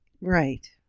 Right